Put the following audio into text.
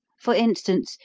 for instance,